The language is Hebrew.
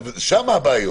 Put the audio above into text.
שם הבעיות,